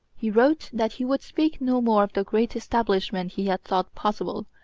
he wrote that he would speak no more of the great establishment he had thought possible,